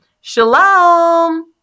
Shalom